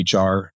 HR